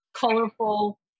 colorful